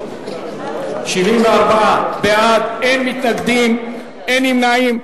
74 בעד, אין מתנגדים, אין נמנעים.